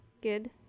Good